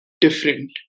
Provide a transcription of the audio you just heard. different